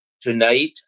tonight